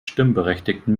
stimmberechtigten